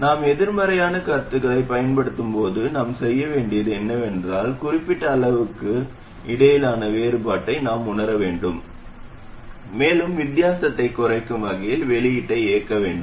நாம் எதிர்மறையான கருத்துக்களைப் பயன்படுத்தும்போது நாம் செய்ய வேண்டியது என்னவென்றால் குறிப்பிட்ட அளவுகளுக்கு இடையிலான வேறுபாட்டை நாம் உணர வேண்டும் மேலும் வித்தியாசத்தை குறைக்கும் வகையில் வெளியீட்டை இயக்க வேண்டும்